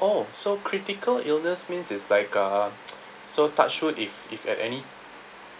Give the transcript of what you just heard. oh so critical illness means is like uh so touch wood if if at any